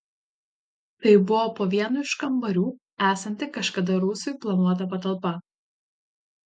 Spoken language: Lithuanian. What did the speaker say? tai buvo po vienu iš kambarių esanti kažkada rūsiui planuota patalpa